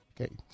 Okay